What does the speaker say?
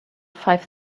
five